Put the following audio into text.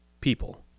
people